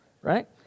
right